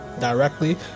directly